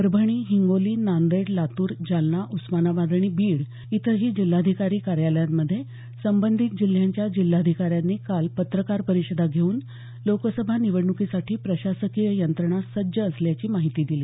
परभणी हिंगोली नांदेड लातूर जालना उस्मानाबाद आणि बीड इथंही जिल्हाधिकारी कार्यालयांमध्ये संबंधित जिल्ह्यांच्या जिल्हाधिकाऱ्यांनी काल पत्रकार परिषदा घेऊन लोकसभा निवडणुकीसाठी प्रशासकीय यंत्रणा सज्ज असल्याची माहिती दिली